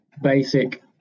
basic